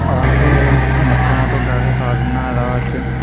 अस मक्कां टोडा ते साग बनाए दा हा अज्ज